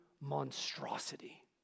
monstrosity